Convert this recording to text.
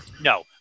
No